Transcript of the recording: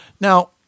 Now